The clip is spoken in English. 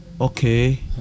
Okay